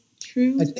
true